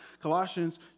Colossians